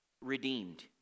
redeemed